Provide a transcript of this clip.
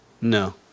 no